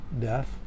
death